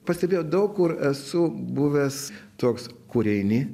pastebėjo daug kur esu buvęs toks kur eini